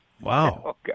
Wow